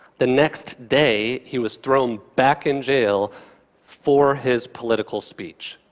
the next day he was thrown back in jail for his political speech.